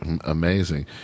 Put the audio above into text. amazing